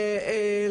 וגם